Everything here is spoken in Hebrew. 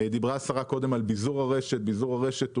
השרה דיברה קודם על ביזור הרשת,